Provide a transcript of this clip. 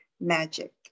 Magic